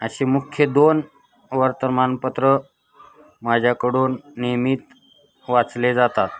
अशी मुख्य दोन वर्तमानपत्रं माझ्याकडून नियमित वाचली जातात